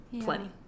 plenty